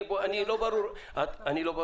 אני לא ברור היום.